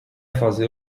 fazê